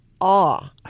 awe